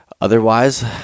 Otherwise